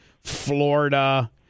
florida